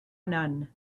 none